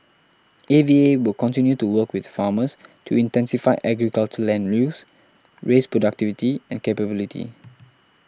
A V A will continue to work with farmers to intensify agriculture land use raise productivity and capability